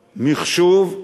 המחשוב.